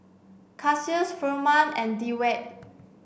Cassius Firman and Dewitt